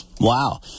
Wow